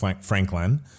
franklin